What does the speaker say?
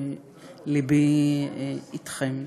ולבי אתכם.